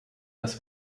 das